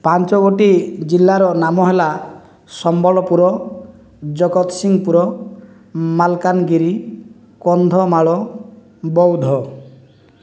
ପାଞ୍ଚଗୋଟି ଜିଲ୍ଲାର ନାମ ହେଲା ସମ୍ବଲପୁର ଜଗତସିଂହପୁର ମାଲକାନଗିରି କନ୍ଧମାଳ ବୌଦ୍ଧ